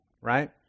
right